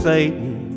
Satan